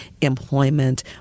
employment